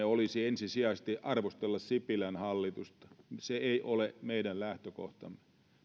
olisi ensisijaisesti arvostella sipilän hallitusta se ei ole meidän lähtökohtamme